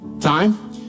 time